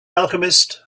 alchemist